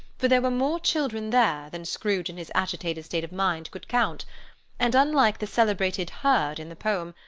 for there were more children there, than scrooge in his agitated state of mind could count and, unlike the celebrated herd in the poem,